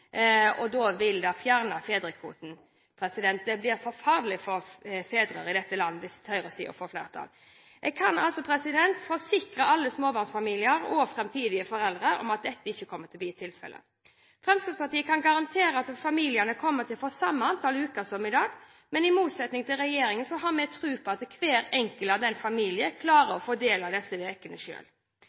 da vil de fjerne fedrekvoten – ja, det blir for farlig for fedre i dette land hvis høyresiden får flertall. Jeg kan forsikre alle småbarnsfamilier og framtidige foreldre om at dette ikke kommer til å bli tilfellet. Fremskrittspartiet kan garantere at familiene kommer til å få samme antall uker som i dag, men i motsetning til regjeringen har vi tro på at hver enkelt familie klarer å fordele disse ukene selv. Fremskrittspartiet er opptatt av